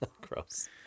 Gross